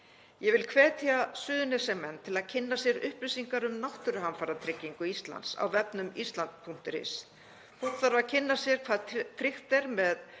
Ég vil hvetja Suðurnesjamenn til að kynna sér upplýsingar um Náttúruhamfaratryggingu Íslands á vefnum Ísland.is. Fólk þarf að kynna sér hvað tryggt er með